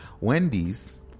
Wendy's